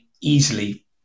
easily